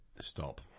stop